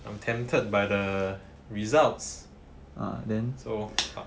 I'm tempted by the results so fuck